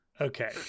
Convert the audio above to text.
Okay